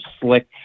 slick